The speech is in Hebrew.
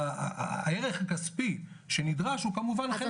הערך הכספי שנדרש הוא כמובן חלק גדול מהעניין.